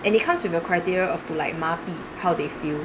and it comes with the criteria of to like 麻痹 how they feel